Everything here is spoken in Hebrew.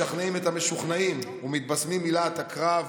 משכנעים את המשוכנעים ומתבשמים מלהט הקרב